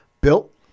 built